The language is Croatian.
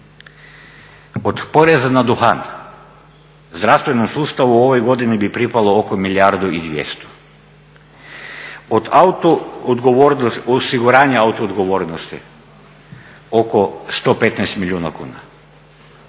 Od poreza na duhana zdravstvenom sustavu u ovoj godini bi pripalo oko milijardu i 200, od osiguranja auto odgovornosti oko 115 milijuna kuna,